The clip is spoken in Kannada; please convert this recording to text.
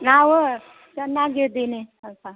ನಾವು ಚೆನ್ನಾಗಿದ್ದೀನಿ ಸ್ವಲ್ಪ